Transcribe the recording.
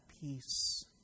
peace